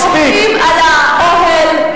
הם בוכים על האוהל,